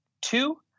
Two